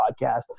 podcast